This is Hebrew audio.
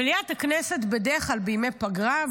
מליאת הכנסת בדרך כלל בימי פגרה,